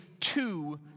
two